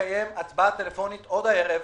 לקיים הצבעה טלפונית עוד הערב,